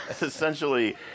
essentially